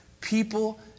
people